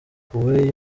point